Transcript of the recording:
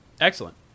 Excellent